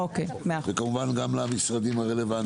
וכמובן גם למשרדים הרלוונטיים.